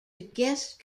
guest